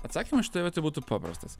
atsakymas šitoj vietoj būtų paprastas